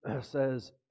says